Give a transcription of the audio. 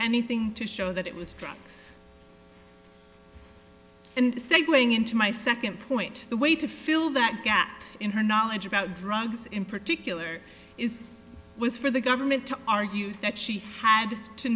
anything to show that it was drugs and say going into my second point the way to fill that gap in her knowledge about drugs in particular is was for the government to argue that she had to